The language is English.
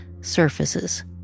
surfaces